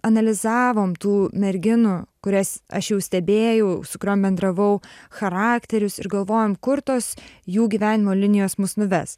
analizavom tų merginų kurias aš jau stebėjau su kuriom bendravau charakterius ir galvojom kur tos jų gyvenimo linijos mus nuves